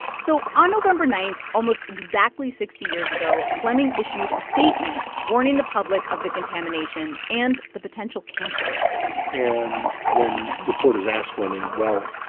so on november nine almost exactly sixty years ago, flemming issued a statement warning the public of the contamination and the potential cancer risk and when reporters asked flemming, well,